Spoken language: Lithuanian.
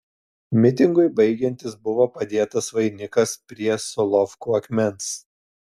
mitingui baigiantis buvo padėtas vainikas prie solovkų akmens